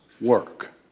work